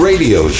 Radio